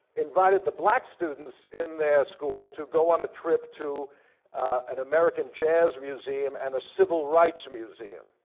invited the black students in their school to go on a trip to an american jazz museum and a civil rights museum.